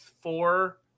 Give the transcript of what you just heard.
four